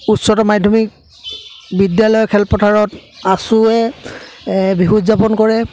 উচ্চতৰ মাধ্যমিক বিদ্যালয় খেলপথাৰত আচুৱে এ বিহু উদযাপন কৰে